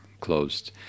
closed